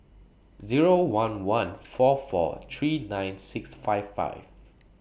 Zero one one four four three nine six five five